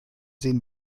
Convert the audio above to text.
sehen